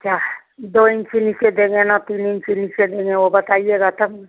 क्या दो इंची नीचे देंगे ना तीन इंची नीचे देंगे वो बताइएगा तब ना